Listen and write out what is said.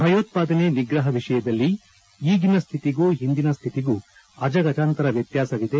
ಭಯೋತ್ಪಾದನೆ ನಿಗ್ರಹ ವಿಷಯದಲ್ಲಿ ಈಗಿನ ಸ್ವಿತಿಗೂ ಹಿಂದಿನ ಸ್ವಿತಿಗೂ ಅಜಗಜಾಂತರ ವ್ಲತ್ಲಸವಿದೆ